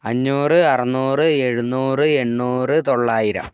അഞ്ഞൂറ് അറുന്നൂറ് എഴുന്നൂറ് എണ്ണൂറ് തൊള്ളായിരം